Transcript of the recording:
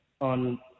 on